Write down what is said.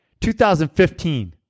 2015